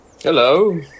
Hello